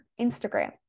Instagram